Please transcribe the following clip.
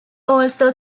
also